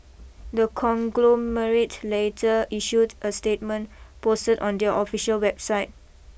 the conglomerate later issued a statement posted on their official website